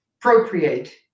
procreate